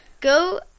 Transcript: go